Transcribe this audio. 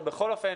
אבל בכל אופן